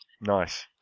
Nice